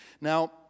now